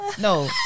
No